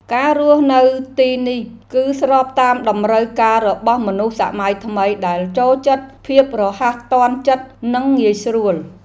ការរស់នៅទីនេះគឺស្របតាមតម្រូវការរបស់មនុស្សសម័យថ្មីដែលចូលចិត្តភាពរហ័សទាន់ចិត្តនិងងាយស្រួល។